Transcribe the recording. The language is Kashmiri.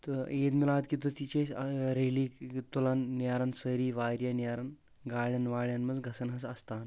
تہٕ عید میٖلاد کہِ دۄہ تہِ چھِ أسۍ ریلی تُلاان نیران سٲری واریاہ نیران گاڑٮ۪ن واڑٮ۪ن منٛز گژھان حظ استان